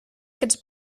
aquests